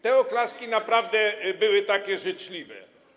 Te oklaski naprawdę były takie życzliwe.